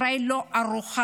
ישראל לא ערוכה